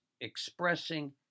expressing